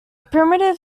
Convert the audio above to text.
primitive